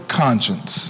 conscience